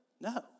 No